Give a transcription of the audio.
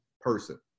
person